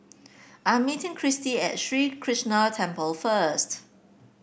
I am meeting Christy at Sri Krishnan Temple first